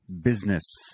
business